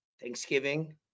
Thanksgiving